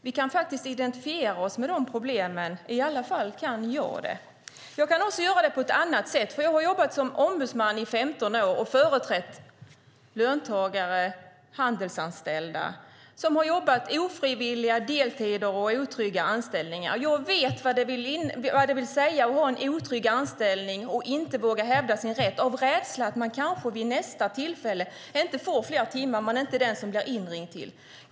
Vi kan faktiskt identifiera oss med de problemen - i alla fall kan jag göra det. Jag kan också göra det på ett annat sätt. Jag har jobbat som ombudsman i 15 år och företrätt löntagare, handelsanställda, som har jobbat med ofrivilliga deltider och otrygga anställningar. Jag vet vad det vill säga att ha en otrygg anställning och inte våga hävda sin rätt, av rädsla för att man kanske vid nästa tillfälle inte får fler timmar, att man inte är den som blir inringd.